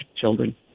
children